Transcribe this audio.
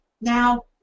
Now